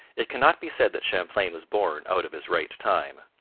it cannot be said that champlain was born out of his right time.